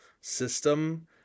system